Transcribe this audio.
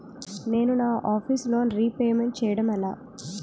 నేను నా office loan repayment చేయడం ఎలా?